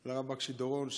על הרב בקשי דורון.